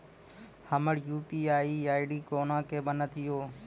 हमर UPI ID कोना के बनत यो?